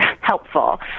helpful